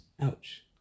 ouch